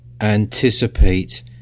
anticipate